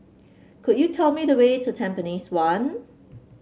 could you tell me the way to Tampines one